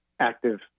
active